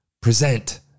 present